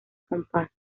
compás